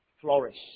flourish